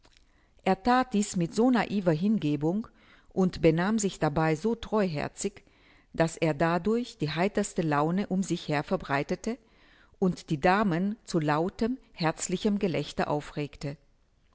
er that dieß mit so naiver hingebung und benahm sich dabei so treuherzig daß er dadurch die heiterste laune um sich her verbreitete und die damen zu lautem herzlichem gelächter aufregte